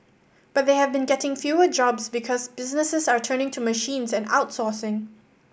but they have been getting fewer jobs because businesses are turning to machines and outsourcing